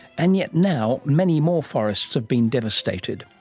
and yet now many more forests have been devastated.